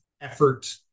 effort